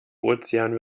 ozean